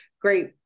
Great